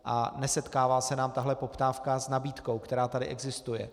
A nesetkává se nám tahle poptávka s nabídkou, která tady existuje.